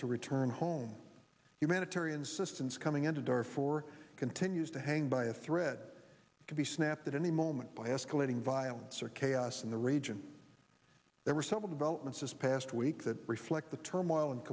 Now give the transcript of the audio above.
to return home humanitarian assistance coming into door for continues to hang by a thread can be snapped at any moment by escalating violence or chaos in the region there were several developments this past week that reflect the turmoil and